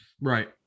Right